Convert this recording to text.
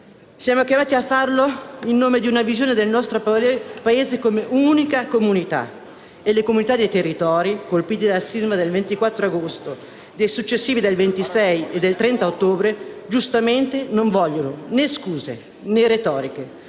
siamo chiamati a farlo in nome di una visione del nostro Paese come unica comunità. E le collettività dei territori colpiti dal sisma del 24 agosto e dei successivi del 26 e del 30 ottobre, giustamente, non vogliono né scuse né retoriche,